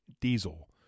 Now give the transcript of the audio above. Diesel